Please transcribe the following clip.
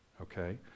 Okay